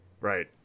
Right